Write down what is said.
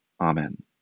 Amen